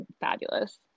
fabulous